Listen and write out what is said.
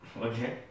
Okay